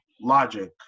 Logic